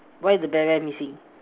why the bear bear missing